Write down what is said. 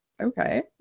Okay